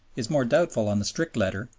is more doubtful on the strict letter,